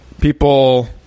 people